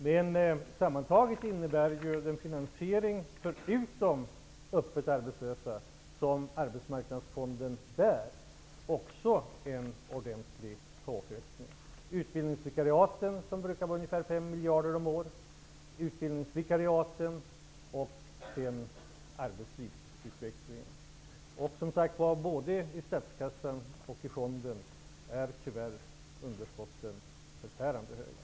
Men sammantaget innebär den finansieringsbörda som Arbetsmarknadsfonden bär, förutom för de öppet arbetslösa, också en ordentlig påfrestning. Utbildningsvikariaten brukar omfatta 5 miljarder om året. Vidare har vi arbetslivsutvecklingen. Underskotten är tyvärr förfärande höga i både statskassan och i fonden.